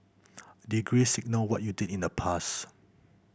degrees signal what you did in the past